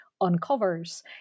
uncovers